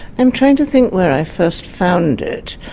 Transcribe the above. i'm trying to think where i first found it,